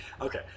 okay